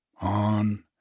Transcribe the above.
on